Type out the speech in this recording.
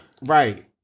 right